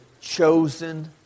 chosen